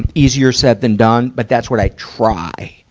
and easier said than done, but that's what i try,